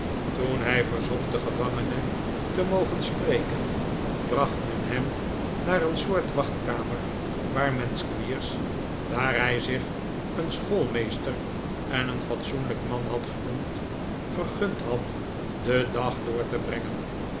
toen hij verzocht den gevangene te mogen spreken bracht men hem naar een soort wachtkamer waar men squeers daar hij zich een schoolmeester en een fatsoenlijk man had genoemd vergund had den dag door te brehgen